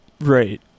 Right